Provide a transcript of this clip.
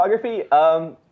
photography